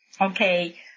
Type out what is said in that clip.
Okay